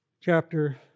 chapter